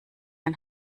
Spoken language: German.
ein